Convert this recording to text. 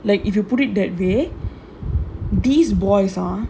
like if you put it that way these boys are